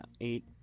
eight